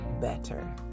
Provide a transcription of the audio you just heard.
better